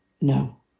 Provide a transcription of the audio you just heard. no